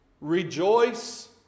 Rejoice